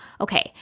okay